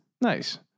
Nice